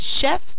chef